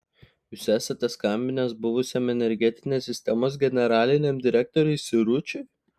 jūs esate skambinęs buvusiam energetinės sistemos generaliniam direktoriui siručiui